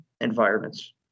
environments